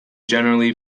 generally